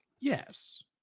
yes